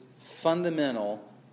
fundamental